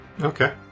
okay